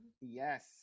Yes